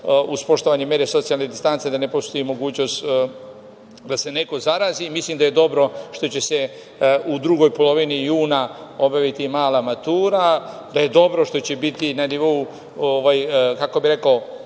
uz poštovanje mere socijalne distance, da ne postoji mogućnost da se neko zarazi. Mislim da je dobro što će se u drugoj polovini juna obaviti mala matura, da je dobro što će biti na nivou, kako bih rekao,